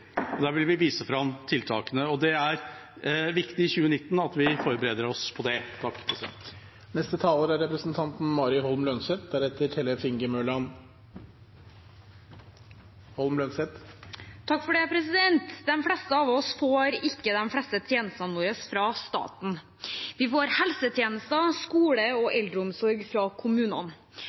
EU. Der vil vi vise fram tiltakene. Det er viktig at vi i 2019 forbereder oss på det. De fleste av oss får ikke de fleste tjenestene våre fra staten. Vi får helsetjenester, skole og eldreomsorg